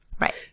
Right